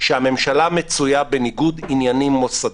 שהממשלה מצויה בניגוד עניינים מוסדי.